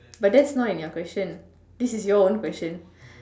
but that's not in your question this is your own question